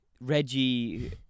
Reggie